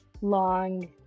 long